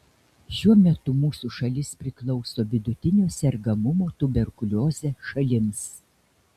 šiuo metu mūsų šalis priklauso vidutinio sergamumo tuberkulioze šalims